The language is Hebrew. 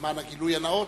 למען הגילוי הנאות,